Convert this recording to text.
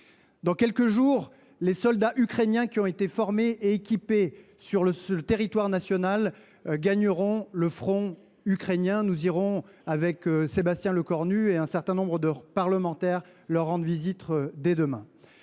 Dans quelques jours, les soldats ukrainiens formés et équipés sur notre territoire national gagneront le front. J’irai, avec Sébastien Lecornu et un certain nombre de parlementaires, leur rendre visite dès demain.